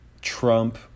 Trump